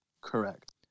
Correct